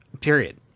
period